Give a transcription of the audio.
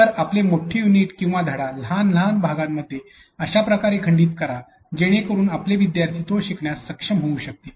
तर आपले मोठे युनिट किंवा धडा लहान लहान भागांमध्ये अशा प्रकारे खंडित करा जेणेकरून आपले विद्यार्थी तो शिकण्यास सक्षम होऊ शकतील